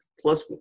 Plus